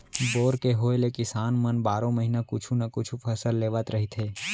bore के होए ले किसान मन बारो महिना कुछु न कुछु फसल लेवत रहिथे